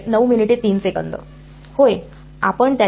होय आपण त्याच्याशी जुळत नाही